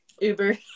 Uber